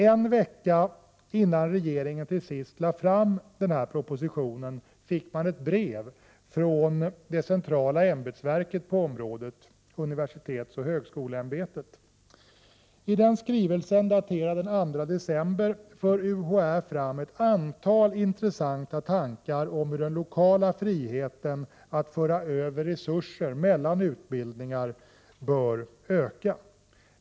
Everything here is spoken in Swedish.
En vecka innan regeringen till sist lade fram denna proposition fick man ett brev från det centrala ämbetsverket på området, universitetsoch högskoleämbetet. I den skrivelsen, daterad den 2 december, för UHÄ fram ett antal intressanta tankar om hur den lokala friheten att föra över resurser mellan utbildningar bör öka.